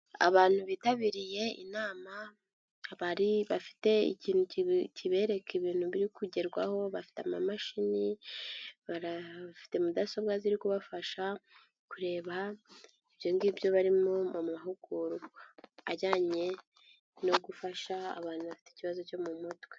Abantu bitabiriye inama, bari bafite ikintu kibereka ibintu biri kugerwaho, bafite amamashini, barafite mudasobwa ziri kubafasha, kureba ibyo ngibyo barimo mu mahugurwa, ajyanye no gufasha abantu bafite ikibazo cyo mu mutwe.